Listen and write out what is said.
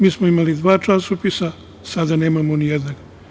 Mi smo imali dva časopisa, sada nemamo ni jedan.